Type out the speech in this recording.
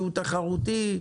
שהוא תחרותי.